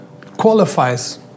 qualifies